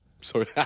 Sorry